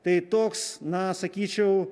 tai toks na sakyčiau